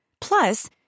Plus